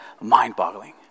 mind-boggling